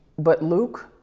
but luke,